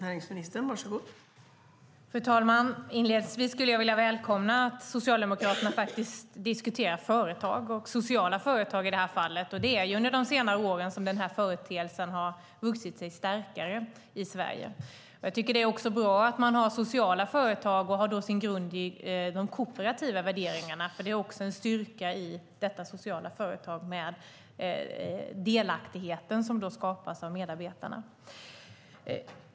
Fru talman! Inledningsvis välkomnar jag att Socialdemokraterna faktiskt diskuterar företag och i detta fall sociala företag. Det är under senare år som denna företeelse har vuxit sig starkare i Sverige. Det är bra att man har sociala företag som har sin grund i de kooperativa värderingarna. Det är en styrka i det sociala företaget med den delaktighet som skapas av medarbetarna.